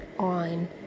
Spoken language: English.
on